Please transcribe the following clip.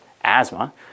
asthma